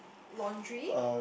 laundry